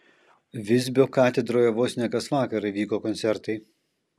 visbio katedroje vos ne kas vakarą vyko koncertai